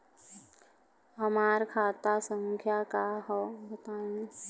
हमार खाता संख्या का हव बताई?